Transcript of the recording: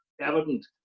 evident